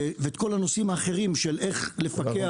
וכל הנושאים האחרים של איך לפקח